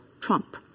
Trump